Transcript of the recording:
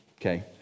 Okay